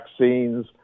vaccines